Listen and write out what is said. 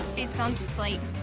he's gone to sleep.